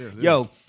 Yo